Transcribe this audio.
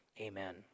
amen